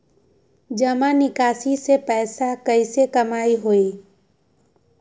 जमा निकासी से पैसा कईसे कमाई होई?